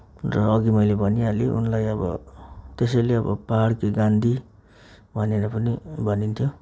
र अघि मैले भनिहाले उनलाई अब त्यसैले अब पहाड के गान्धी भनेर पनि भनिन्थ्यो